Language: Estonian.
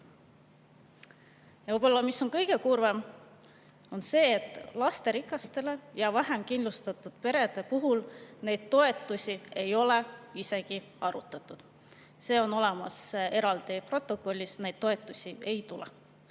Võib-olla kõige kurvem on see, et lasterikaste ja vähem kindlustatud perede puhul neid toetusi ei ole isegi arutatud. See on olemas eraldi protokollis, neid toetusi ei tule.